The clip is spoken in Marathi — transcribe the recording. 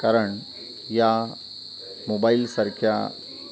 कारण या मोबाईलसारख्या